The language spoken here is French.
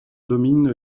domine